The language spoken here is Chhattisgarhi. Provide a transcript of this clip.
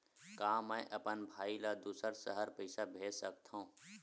का मैं अपन भाई ल दुसर शहर पईसा भेज सकथव?